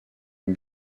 une